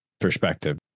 perspective